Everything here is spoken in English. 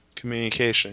communication